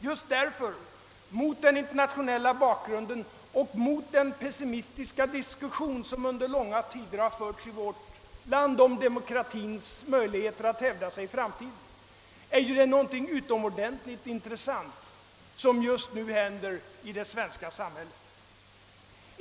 Just därför, mot den internationella bakgrunden och med tanke på den pessimistiska diskussion som under långa tider har förts i vårt land om demokratins möjligheter att hävda sig i framtiden, är det någonting utomordentligt intressant som just nu händer i det svenska samhället.